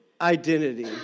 identity